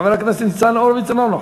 חבר הכנסת ניצן הורוביץ, אינו נוכח.